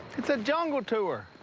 it's a jungle tour.